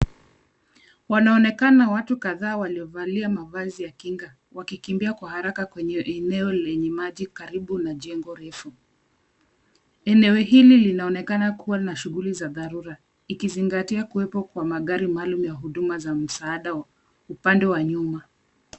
Wanaonekana watu kadhaa waliovalia mavazi ya kinga wakikimbia kwa haraka kwenye eneo lenye maji karibu na jengo refu. Eneo hili linaonekana kuwa na shughuli za dharura ikizingatia kuwepo kwa magari maalum ya huduma za msaada upande wa nyuma.